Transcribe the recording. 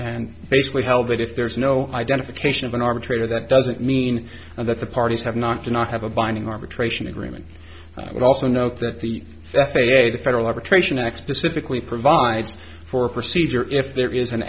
and basically held that if there's no identification of an arbitrator that doesn't mean that the parties have not do not have a binding arbitration agreement but also note that the f a a the federal arbitration acts specifically provides for a procedure if there is an